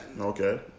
Okay